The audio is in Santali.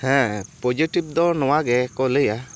ᱦᱮᱸ ᱯᱚᱡᱮᱴᱤᱵᱷᱽ ᱫᱚ ᱱᱚᱣᱟ ᱜᱮᱠᱚ ᱞᱟᱹᱭᱟ